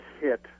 hit